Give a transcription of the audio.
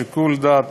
בשיקול דעת,